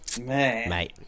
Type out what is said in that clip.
mate